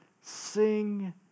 Sing